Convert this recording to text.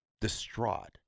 distraught